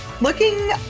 looking